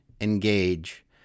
engage